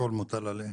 הכול מוטל עליהם.